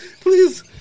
please